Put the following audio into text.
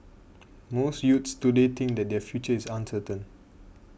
most youths today think that their future is uncertain